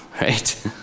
right